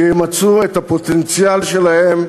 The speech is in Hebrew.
שימצו את הפוטנציאל שלהם,